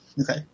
Okay